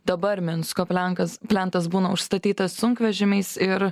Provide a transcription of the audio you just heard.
dabar minsko plenkas plentas būna užstatytas sunkvežimiais ir